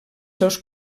seus